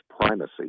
primacy